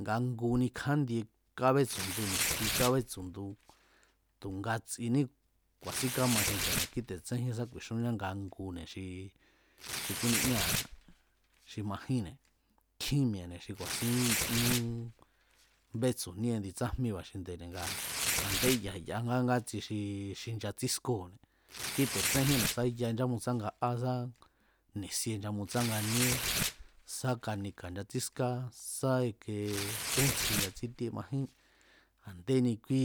Nga nguni kjandie kábétsu̱ndu ni̱xti kábétsu̱ndu tu̱ ngatsiní ku̱a̱sín káma xinde̱ne̱ kíte̱ tsénjín sá ku̱i̱xúnñá nga june̱ xi xi kúní míra̱ xi majínne̱ kjín mi̱e̱ne̱ xi ku̱a̱sín ñú bétsu̱níé indi tsájmíba̱ xinde̱ne̱ ngaa̱ a̱ndé ya̱ a̱ ya ngátsi xi xi nchatsískóo̱ne̱, kíte̱ tsénjínne̱ sá ya nchámutsángaá sá ni̱sie nchamutsánganíé sá kanika̱ nchatsíská sá ikee tu̱ntsji nchatsítíé majín, a̱ndéni kúí